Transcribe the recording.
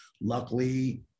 luckily